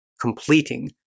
completing